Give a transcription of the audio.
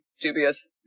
dubious